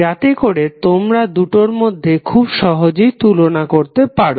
যাতে করে তোমরা দুটোর মধ্যে খুব সহজেই তুলনা করতে পারো